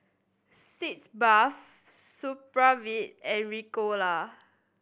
Sitz Bath Supravit and Ricola